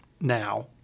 now